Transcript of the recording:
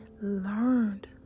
learned